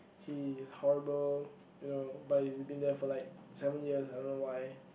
he's horrible you know but he's been there for like seven years I don't know why